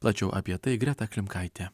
plačiau apie tai greta klimkaitė